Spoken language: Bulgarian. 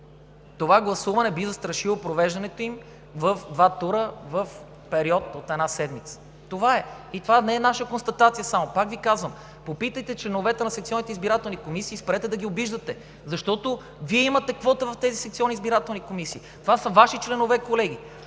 това гласуване би застрашило провеждането ми в два тура в период от една седмица. Това е, и това не е наша констатация само – пак Ви казвам, попитайте членовете на секционните избирателни комисии и спрете да ги обиждате, защото Вие имате квота в тези секционни избирателни комисии – това са Ваши членове, колеги,